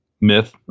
myth